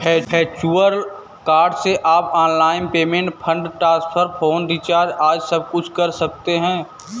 virtual card से आप online payment, fund transfer, phone recharge आदि सबकुछ कर सकते हैं